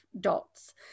dots